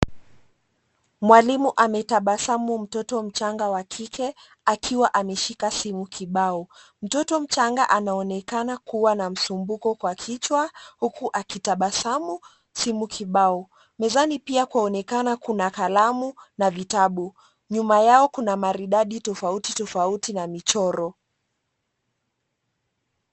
Mwalimu ametabasamu mtoto mchanga wa kike akiwa ameshika simu kibao, mtoto mchanga anaonekana kuwa na msumbuko kwa kichwa huku akitabasamu simu kibao, mezani pia kwaonekana kuna kalamu na vitabu. Nyuma yao kuna maridadi tofauti tofauti na michoro.